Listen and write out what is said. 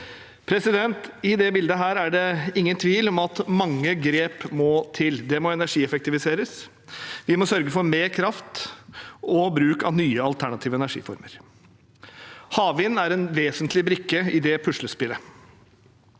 forbruk. I dette bildet er det ingen tvil om at mange grep må til. Det må energieffektiviseres. Vi må sørge for mer kraft og bruk av nye alternative energiformer. Havvind er en vesentlig brikke i det puslespillet.